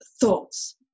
thoughts